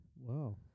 Wow